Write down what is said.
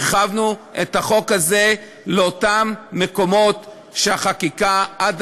הרחבנו את החוק הזה לאותם מקומות שהחקיקה עד